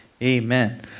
amen